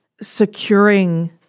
securing